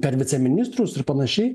per viceministrus ir panašiai